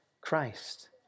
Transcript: Christ